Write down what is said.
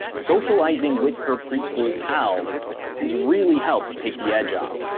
socializing with her preschool pals has really helped take the edge off.